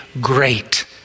great